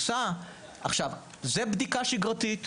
זו בדיקה שגרתית.